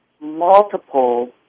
multiple